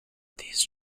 these